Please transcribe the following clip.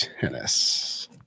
tennis